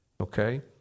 okay